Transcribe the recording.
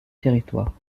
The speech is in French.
territoire